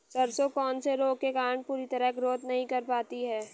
सरसों कौन से रोग के कारण पूरी तरह ग्रोथ नहीं कर पाती है?